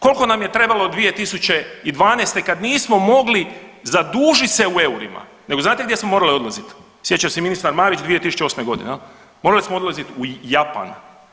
Koliko nam je trebalo 2012. kad nismo mogli zadužit se u eurima, nego znate gdje smo morali odlaziti, sjeća se i ministar Marić 2008. godine, morali smo odlaziti u Japan.